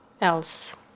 else